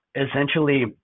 essentially